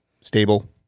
stable